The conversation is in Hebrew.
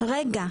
רגע,